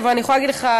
אבל אני יכולה להגיד לך,